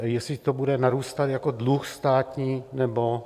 Jestli to bude narůstat jako státní dluh nebo...